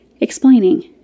explaining